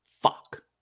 fuck